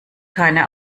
keine